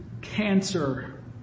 cancer